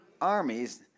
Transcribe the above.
Armies